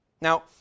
Now